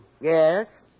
Yes